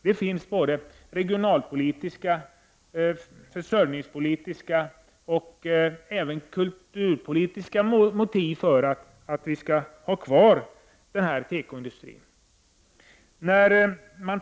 Det finns både regionalpolitiska, försörjningspolitiska och även kulturpolitiska motiv för att tekoindustrin skall vara kvar.